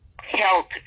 health